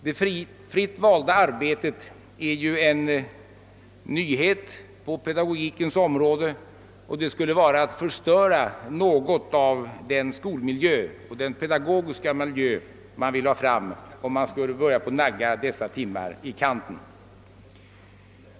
Det fritt valda arbetet är ju en nyhet på pedagogikens område, och det skulle vara att förstöra något av den pedagogiska miljö man vill ha fram, om man skulle börja nagga dessa timmar i kanten.